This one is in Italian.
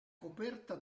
coperta